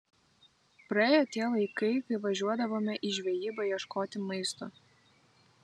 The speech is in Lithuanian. praėjo tie laikai kai važiuodavome į žvejybą ieškoti maisto